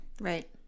right